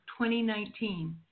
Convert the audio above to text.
2019